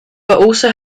also